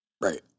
Right